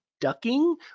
ducking